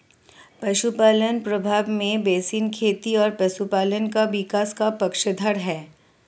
पशुपालन प्रभाव में बेसिन खेती और पशुपालन के विकास का पक्षधर है